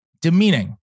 demeaning